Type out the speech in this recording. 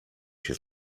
się